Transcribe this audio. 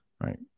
right